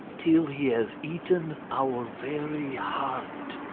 till he has eaten our very heart?